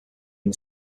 une